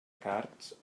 cards